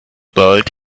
belt